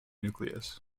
nucleus